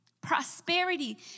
prosperity